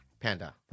Panda